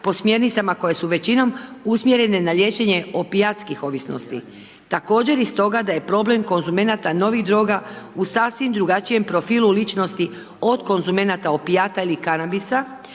po smjernicama koje su većinom usmjerene na liječenje opijatskih ovisnosti. Također i stoga da je problem konzumenata novih droga u sasvim drugačijem profilu ličnosti od konzumenata opijata ili kanabisa,